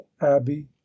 Abbey